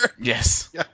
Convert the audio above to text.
Yes